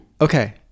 Okay